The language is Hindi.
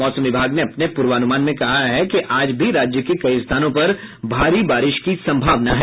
मौसम विभाग ने अपने पूर्वानुमान में कहा है कि आज भी राज्य के कई स्थानों पर भारी बारिश की संभावना है